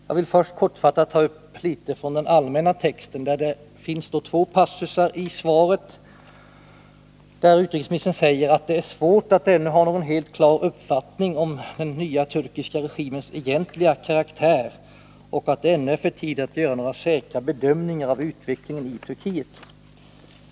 Jag vill först kortfattat ta upp litet från den allmänna texten, där det i svaret finns två passusar vari utrikesministern säger att det är svårt att ännu ha någon helt klar uppfattning om den nya turkiska regimens egentliga karaktär och att det ännu är för tidigt att göra några säkra bedömningar av utvecklingen i Turkiet.